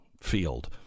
field